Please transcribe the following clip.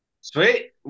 Sweet